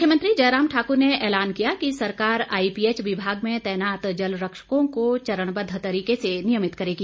मुख्यमंत्री जयराम ठाकर ने एलान किया कि सरकार आइपीएच विभाग में तैनात जलरक्षकों को चरणबद्द तरीके से नियमित करेगी